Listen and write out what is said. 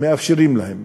מאפשרים להם.